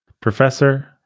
Professor